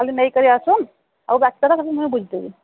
କାଲି ନେଇକରି ଆସୁନ ଆଉ ବାକି କଥା ମୁଁ ବୁଝିଦେବି